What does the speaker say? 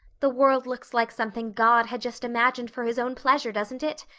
the world looks like something god had just imagined for his own pleasure, doesn't it?